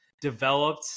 developed